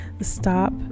stop